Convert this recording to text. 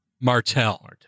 Martell